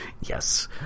Yes